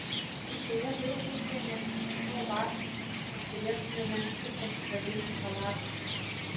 kitoje durų pusėje net prisukau vąšus kad turėtumėme kur pasikabinti chalatus